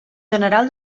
general